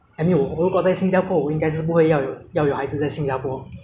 因为我去有看 uh 好像我马来丝娅人的